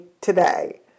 today